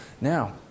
now